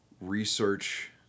research